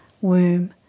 womb